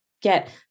get